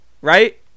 right